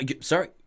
sorry